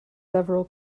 several